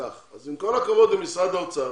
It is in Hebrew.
אז עם כל הכבוד למשרד האוצר